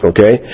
Okay